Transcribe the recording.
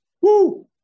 Woo